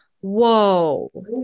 whoa